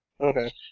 Okay